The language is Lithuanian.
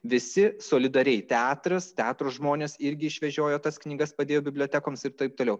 visi solidariai teatras teatro žmonės irgi išvežiojo tas knygas padėjo bibliotekoms ir taip toliau